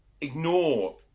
ignore